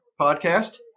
podcast